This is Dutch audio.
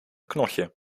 knotje